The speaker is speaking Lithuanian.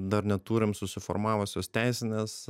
dar neturim susiformavusios teisinės